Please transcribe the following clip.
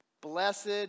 Blessed